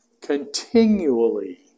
continually